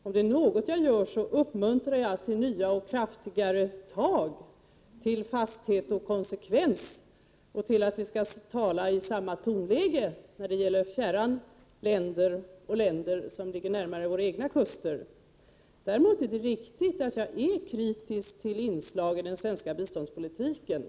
Om det är något jag gör så uppmuntrar jag till nya och kraftigare tag, till fasthet och konsekvens, till att vi skall tala i samma tonläge när det gäller fjärran länder och när det gäller länder som ligger närmare våra egna kuster. Däremot är det riktigt att jag är kritisk till vissa inslag i den svenska biståndspolitiken.